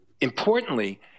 importantly